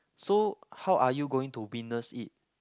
so how are you going to witness it